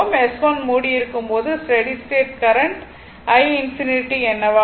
S1 மூடி இருக்கும் போது ஸ்டெடி ஸ்டேட் கரண்ட் i∞ என்னவாக இருக்கும்